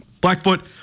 Blackfoot